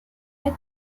mid